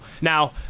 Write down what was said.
Now